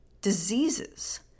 diseases